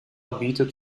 bietet